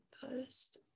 post